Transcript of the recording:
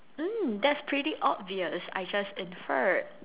mm that's pretty obvious I just inferred